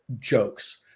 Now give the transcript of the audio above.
jokes